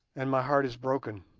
and my heart is broken.